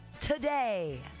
today